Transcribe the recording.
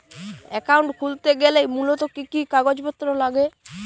Account খুলতে গেলে মূলত কি কি কাগজপত্র লাগে?